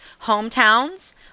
Hometowns